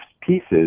pieces